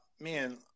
man